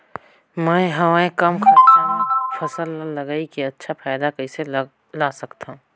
मैं हवे कम खरचा मा फसल ला लगई के अच्छा फायदा कइसे ला सकथव?